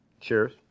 Cheers